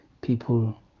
people